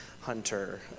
Hunter